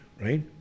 right